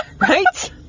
Right